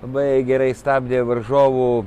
labai gerai stabdė varžovų